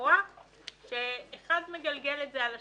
רואה שאחד מגלגל את זה על השני.